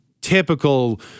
typical